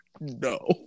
no